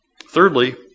Thirdly